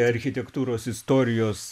architektūros istorijos